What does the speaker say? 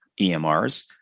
EMRs